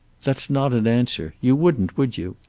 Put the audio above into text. that's not an answer. you wouldn't, would you?